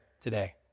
today